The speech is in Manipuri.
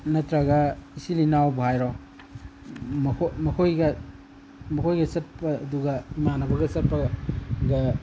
ꯅꯠꯇ꯭ꯔꯒ ꯏꯆꯤꯜ ꯏꯅꯥꯎꯕꯨ ꯍꯥꯏꯔꯣ ꯃꯈꯣꯏꯒ ꯃꯈꯣꯏꯒ ꯆꯠꯄꯗꯨꯒ ꯏꯃꯥꯟꯅꯕꯒ ꯆꯠꯄꯒ